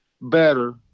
better